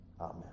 Amen